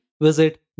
visit